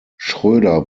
schröder